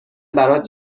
برات